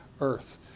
earth